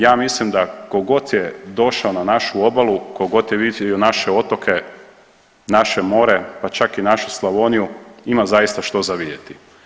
Ja mislim da tko god je došao na našu obalu, tko god je vidio naše otoke, naše more, pa čak i našu Slavoniju, ima zaista što vidjeti.